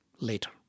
later